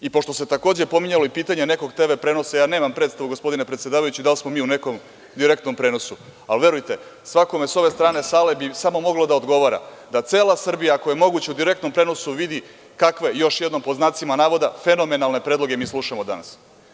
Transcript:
Pošto se takođe pominjalo i pitanje nekog TV prenosa, ja nemam predstavu gospodine predsedavajući da li smo mi u nekom direktnom prenosu, ali verujte, svakome sa ove strane sale bi samo moglo da odgovara da cela Srbija, ako je moguće u direktnom prenosu vidi kakve još jednom pod znacima navoda fenomenalne predloge mi slušamo danas.